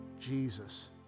jesus